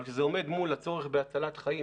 רק שכשזה עומד מול הצורך בהצלת חיים